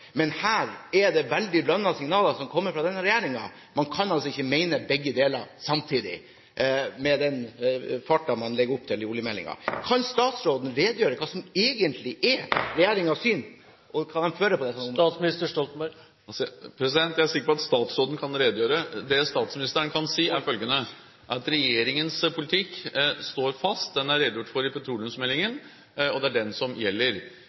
Men her er det veldig blandede signaler som kommer fra denne regjeringen. Man kan altså ikke mene begge deler samtidig, med den farten man legger opp til i oljemeldingen. Kan statsråden redegjøre for hva som egentlig er regjeringens syn, og hvilken politikk de fører på dette området? Statsminister Stoltenberg. Jeg er sikker på at statsråden kan redegjøre. Det statsministeren kan si, er følgende: Regjeringens politikk står fast. Den er redegjort for i petroleumsmeldingen, og det er den som gjelder.